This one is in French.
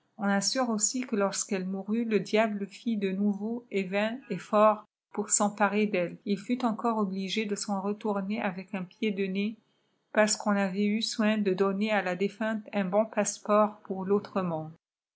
on assure aussi que lorsqu'elle mourut le diable fit de nouveaux et vains efforts pour s'emparer d'elle il fut encore obligé de s'en retourner avec un pied de nez parce qu'on avait eu soin de donner à la défunte un bon passeport pour l'autre monde